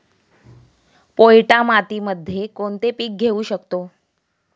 पोयटा मातीमध्ये कोणते पीक घेऊ शकतो?